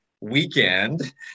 Weekend